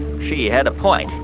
she had a point.